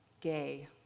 gay